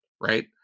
Right